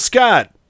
Scott